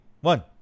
One